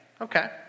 okay